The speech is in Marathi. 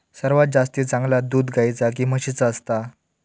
सर्वात जास्ती चांगला दूध गाईचा की म्हशीचा असता?